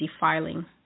defiling